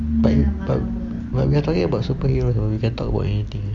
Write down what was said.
but but when we're talking about superheroes we can talk about anything